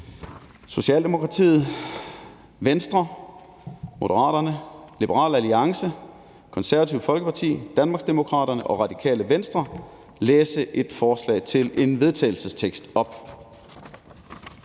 Socialdemokratiet, Venstre, Moderaterne, Liberal Alliance, Det Konservative Folkeparti, Danmarksdemokraterne og Radikale Venstre fremsætte følgende: Forslag til vedtagelse